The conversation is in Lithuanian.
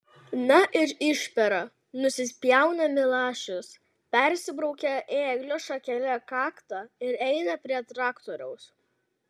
na ir išpera nusispjauna milašius persibraukia ėglio šakele kaktą ir eina prie traktoriaus